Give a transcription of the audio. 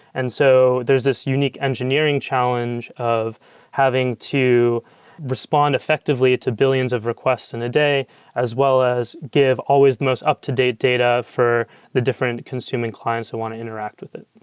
and so there's this unique engineering challenge of having to respond effectively to billions of requests in a day as well as give always the most up-to-date data for the different consuming clients who want to interact with it